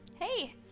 Hey